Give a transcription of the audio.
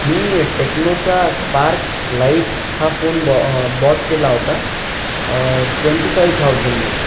मी टेक्नोचा spark light हा phone बॉ बॉट केला होता ट्वेन्टी फाईव्ह थाऊजनला